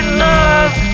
love